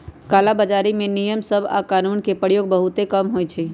कला बजारी में नियम सभ आऽ कानून के प्रयोग बहुते कम होइ छइ